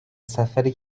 سفری